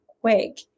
quick